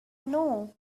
know